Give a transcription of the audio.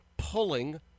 pulling